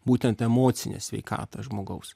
būtent emocinę sveikatą žmogaus